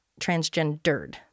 transgendered